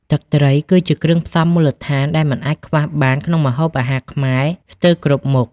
ទឹកត្រី គឺជាគ្រឿងផ្សំមូលដ្ឋានដែលមិនអាចខ្វះបានក្នុងម្ហូបអាហារខ្មែរស្ទើរគ្រប់មុខ។